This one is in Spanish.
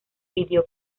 pidió